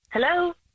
Hello